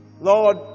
Lord